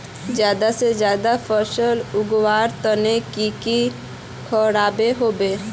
ज्यादा से ज्यादा फसल उगवार तने की की करबय होबे?